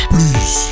Please